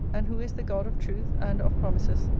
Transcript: and who is the god of truth and of promises,